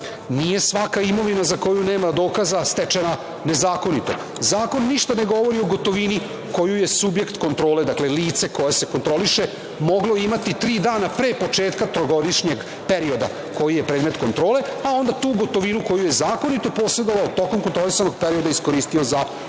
Nije svaka imovina za koju nema dokaza stečena nezakonito. Zakon ništa ne govori o gotovini koju je subjekt kontrole, dakle lice koje se kontroliše, moglo imati tri dana pre početka trogodišnjeg perioda koji je predmet kontrole, a onda tu gotovinu koju je zakonito posedovao tokom kontrolisanog perioda, iskoristio za